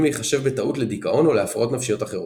להיחשב בטעות לדיכאון או להפרעות נפשיות אחרות.